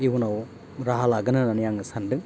इउनाव राहा लागोन होन्नानै आङो सानदों